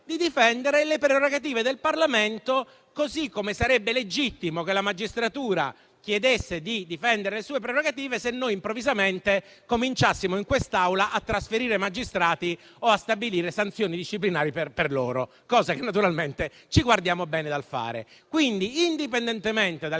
di difendere le prerogative del Parlamento; così come sarebbe legittimo che la magistratura chiedesse di difendere le sue prerogative, se noi improvvisamente in quest'Aula iniziassimo a trasferire magistrati o a stabilire sanzioni disciplinari: cosa che naturalmente ci guardiamo bene dal fare. Quindi, indipendentemente dalle